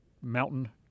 mountain